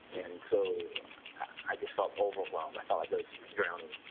and so i just felt overwhelmed i thought like i was drowning,